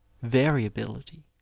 variability